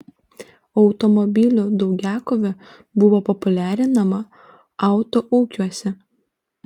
automobilių daugiakovė buvo populiarinama autoūkiuose